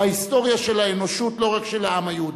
בהיסטוריה של האנושות, לא רק של העם היהודי.